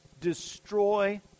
Destroy